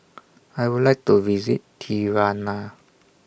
I Would like to visit Tirana